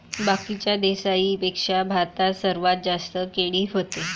बाकीच्या देशाइंपेक्षा भारतात सर्वात जास्त केळी व्हते